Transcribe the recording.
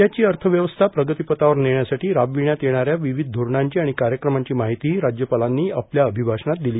राज्याची अर्यव्यवस्था प्रगतीपथावर नेण्यासाठी राबविष्यात येणाऱ्या विविष धोरणांची आणि कार्यक्रमांची माहितीही राज्यपालांनी आपल्या अभिभाषणात दिली